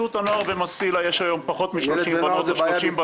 ב"מסילה" יש היום פחות מ-30 בנות.